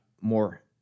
more